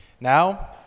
Now